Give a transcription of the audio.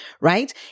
right